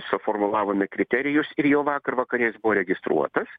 suformulavome kriterijus ir jau vakar vakare jis buvo įregistruotas